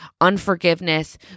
unforgiveness